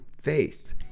faith